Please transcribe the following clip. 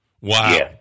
Wow